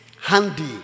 handy